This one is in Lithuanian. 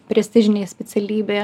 prestižinė specialybė